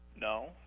No